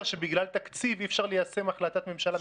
שבגלל תקציב אי אפשר ליישם החלטת ממשלה.